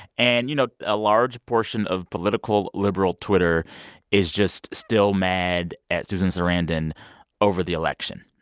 and, you know, a large portion of political liberal twitter is just still mad at susan sarandon over the election.